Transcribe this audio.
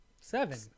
Seven